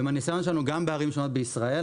ומהניסיון שלנו גם בערים שונות בישראל,